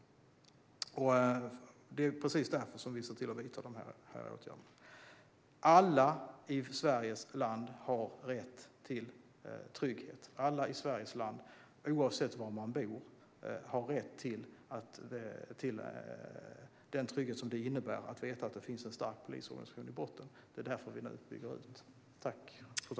Det är därför vi vidtar dessa åtgärder. Alla i Sveriges land, oavsett var man bor, har rätt till den trygghet det innebär att veta att det finns en stark polisorganisation i botten. Det är därför vi bygger ut nu.